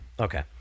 Okay